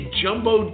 jumbo